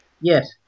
Yes